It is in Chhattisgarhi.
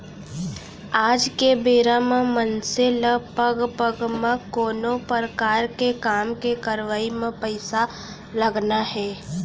आज के बेरा म मनसे ल पग पग म कोनो परकार के काम के करवई म पइसा लगना हे